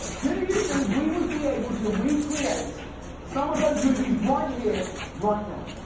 do you think we would be able to re-create some of those movies right here right now?